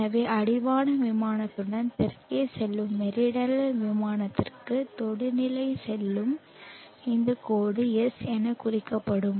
எனவே அடிவான விமானத்துடன் தெற்கே செல்லும் மெரிடனல் விமானத்திற்கு தொடுநிலை செல்லும் இந்த கோடு S என குறிக்கப்படும்